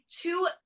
Two